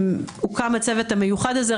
הוקם הצוות המיוחד הזה,